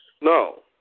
no